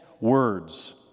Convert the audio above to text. Words